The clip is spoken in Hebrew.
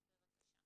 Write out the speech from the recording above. בבקשה.